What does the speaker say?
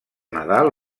nadal